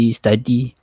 study